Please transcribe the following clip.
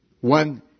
One